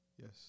Yes